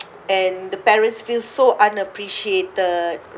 and the parents feel so unappreciated